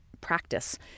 practice